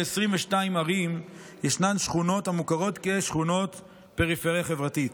ב-22 ערים יש שכונות המוכרות כשכונות פריפריה חברתית.